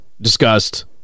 disgust